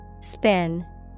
Spin